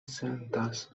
sentas